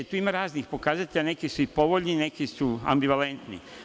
Tu ima raznih pokazatelja, neki su i povoljni, a neki su ambvivalentni.